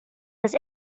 was